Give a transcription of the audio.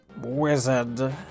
wizard